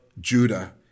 Judah